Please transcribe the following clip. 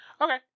Okay